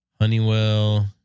Honeywell